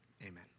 Amen